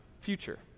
future